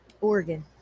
Oregon